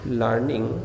learning